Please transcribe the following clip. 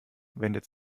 wendet